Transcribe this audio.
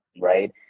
Right